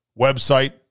website